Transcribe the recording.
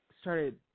started –